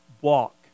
Walk